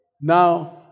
Now